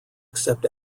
except